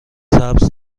سبز